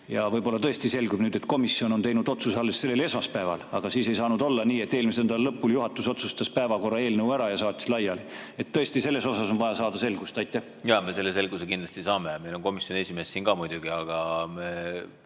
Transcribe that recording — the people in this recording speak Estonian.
Võib-olla tõesti selgub nüüd, et komisjon on teinud otsuse alles sellel esmaspäeval, aga siis ei saanud olla nii, et eelmise nädala lõpul juhatus otsustas päevakorra eelnõu ära ja saatis laiali. Tõesti, selles osas on vaja selgust saada. Me selle selguse kindlasti saame. Meil on komisjoni esimees ka siin, aga